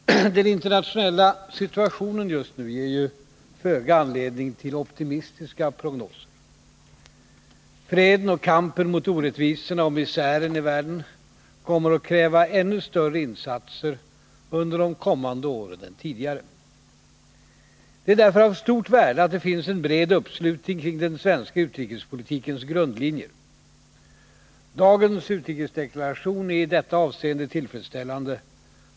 Herr talman! Den internationella situationen just nu ger föga anledning till optimistiska prognoser. Freden och kampen mot orättvisorna och misären i världen kommer att kräva ännu större insatser under de kommande åren än tidigare. Det är därför av stort värde att det finns en bred uppslutning kring den svenska utrikespolitikens grundlinjer. Dagens utrikesdeklaration är i detta avseende tillfredsställande.